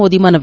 ಮೋದಿ ಮನವಿ